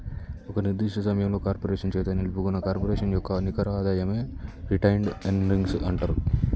ఒక నిర్దిష్ట సమయంలో కార్పొరేషన్ చేత నిలుపుకున్న కార్పొరేషన్ యొక్క నికర ఆదాయమే రిటైన్డ్ ఎర్నింగ్స్ అంటరు